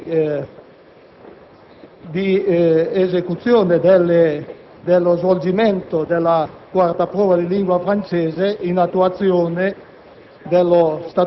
quanto alla tipologia e alle modalità di svolgimento e di certificazione di una quarta prova in lingua francese,